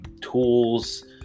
tools